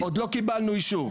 עוד לא קיבלנו אישור.